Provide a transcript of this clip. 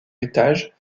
étage